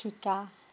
শিকা